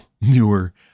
newer